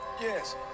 Yes